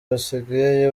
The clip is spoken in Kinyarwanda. basigaye